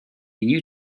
new